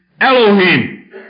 Elohim